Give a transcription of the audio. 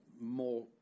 more